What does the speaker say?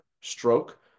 stroke